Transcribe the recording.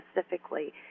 specifically